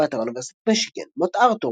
באתר אוניברסיטת מישיגן "מות ארתור"